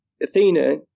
Athena